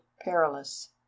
perilous